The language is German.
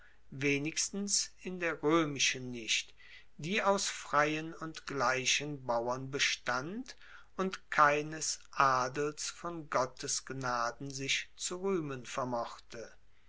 wenigstens in der roemischen nicht die aus freien und gleichen bauern bestand und keines adels von gottes gnaden sich zu ruehmen vermochte